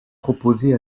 proposé